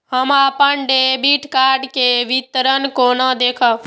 हम अपन debit card के विवरण केना देखब?